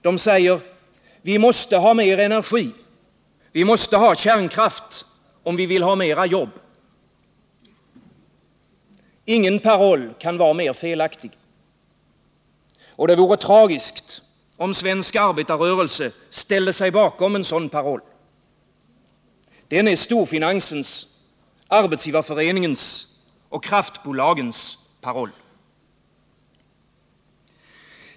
De säger: ”Vi måste ha mer energi, vi måste ha kärnkraft, om vi vill ha mer jobb.” Ingen paroll kan vara mer felaktig. Det vore tragiskt om svensk arbetarrörelse ställde sig bakom en sådan paroll. Den är storfinansens, Arbetsgivareföreningens och kraftbolagens paroll.